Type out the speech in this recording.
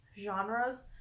genres